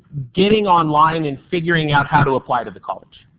getting online and figuring out how to apply to the college?